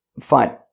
Fine